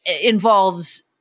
involves